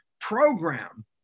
program